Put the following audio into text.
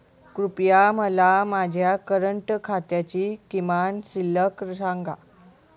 कृपया मला माझ्या करंट खात्याची किमान शिल्लक सांगा